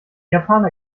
japaner